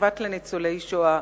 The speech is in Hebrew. כבת לניצולי השואה,